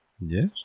yes